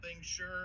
Sure